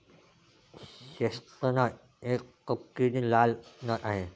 chestnut एक तपकिरी लाल नट आहे